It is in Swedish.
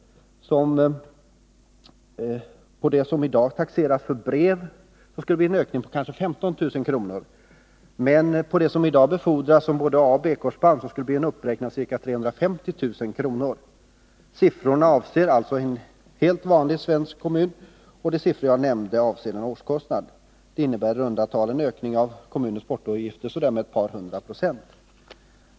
För det som i dag taxeras som brev skulle det bli en ökning på kanske 15 000 kr. Men för det som i dag befordras som både Siffrorna avser alltså en helt vanlig svensk kommun, och de siffror jag Måndagen den nämnt avser årskostnaden. Det innebär i runda tal en ökning av kommunens 23 februari 1981 portoutgifter med så där ett par hundra procent!